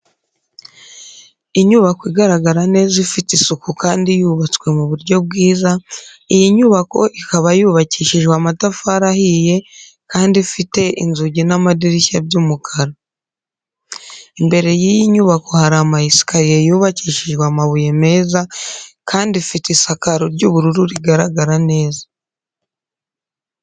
Inyubako igaragara neza ifite isuku Kandi yubatswe mu buryo bwiza, iyi nyubako ikaba yubakishijwe amatafari ahiye kandi ifite inzugi n'amadirishya by'umukara. Imere y'iyi nyubako hari ama esikariye yubakishijwe amabuye meza, kandi ifite isakaro ry'ubururu rigaragara neza.